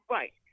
Right